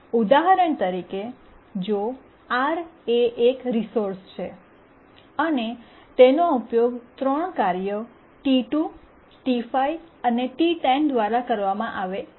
ઉદાહરણ તરીકે જો R એ એક રિસોર્સ છે અને તેનો ઉપયોગ 3 કાર્યો T2 T5 અને T10 દ્વારા કરવામાં આવે છે